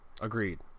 Agreed